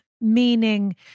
meaning